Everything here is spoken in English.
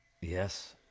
Yes